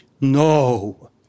No